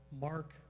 Mark